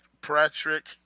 Patrick